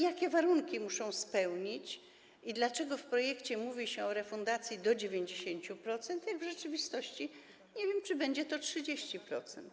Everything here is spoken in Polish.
Jakie warunki muszą spełnić i dlaczego w projekcie mówi się o refundacji do 90%, skoro w rzeczywistości nie wiem, czy będzie to 30%?